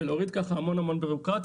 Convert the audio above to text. ולהוריד ככה המון בירוקרטיה,